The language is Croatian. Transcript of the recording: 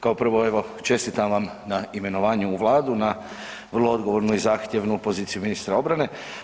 Kao prvo evo čestitam vam na imenovanju u Vladu, na vrlo odgovornu i zahtjevnu poziciju ministra obrane.